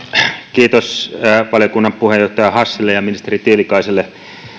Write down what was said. kiitos valiokunnan puheenjohtaja hassille ja ministeri tiilikaiselle